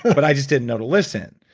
but i just didn't know to listen.